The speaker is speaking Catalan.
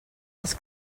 els